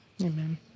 Amen